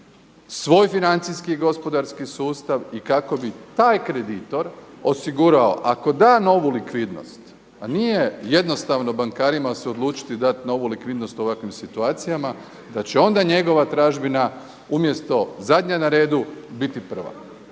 svoj financijski i gospodarski sustav i kako bi taj kreditor osigurao ako da novu likvidnost a nije jednostavno bankarima se odlučiti i dati novu likvidnost u ovakvim situacijama, da će onda njegova tražbina umjesto zadnja na redu biti prva.